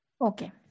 Okay